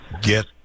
get